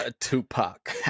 Tupac